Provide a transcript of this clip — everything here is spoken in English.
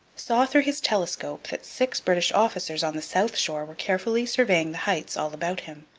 saw, through his telescope, that six british officers on the south shore were carefully surveying the heights all about him.